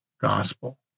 Gospel